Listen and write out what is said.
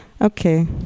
okay